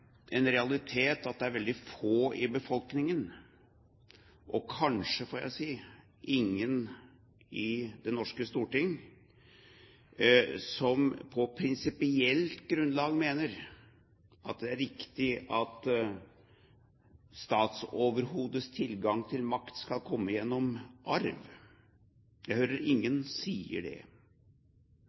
en realitet at det er veldig få i befolkningen, og kanskje, får jeg si, ingen i Det norske storting som på prinsipielt grunnlag mener at det er riktig at statsoverhodets tilgang til makt skal komme gjennom arv. Jeg hører ingen si det.